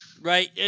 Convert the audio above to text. right